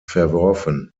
verworfen